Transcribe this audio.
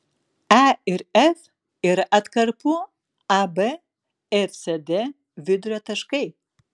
e ir f yra atkarpų ab ir cd vidurio taškai